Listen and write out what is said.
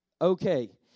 Okay